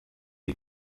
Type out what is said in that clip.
die